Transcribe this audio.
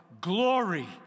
glory